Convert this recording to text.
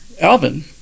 Alvin